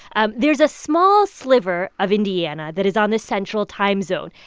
um there's a small sliver of indiana that is on the central time zone.